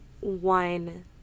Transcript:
one